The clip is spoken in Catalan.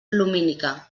lumínica